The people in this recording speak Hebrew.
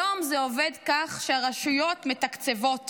היום זה עובד כך שהרשויות מתקצבות